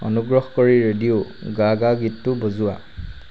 অনুগ্ৰহ কৰি radio ga ga গীতটো বজোৱা